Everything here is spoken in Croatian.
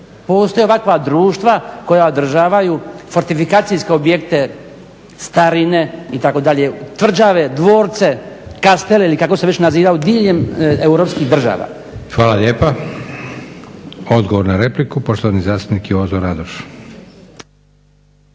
postoje ovakva društva koja održavaju fortifikacijske objekte starine itd., tvrđave, dvorce, castle ili kako se već nazivaju diljem europskih država. **Leko, Josip (SDP)** Hvala lijepa. Odgovor na repliku poštovani zastupnik Jozo Radoš.